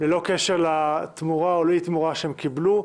בלי קשר לתמורה שקיבלו.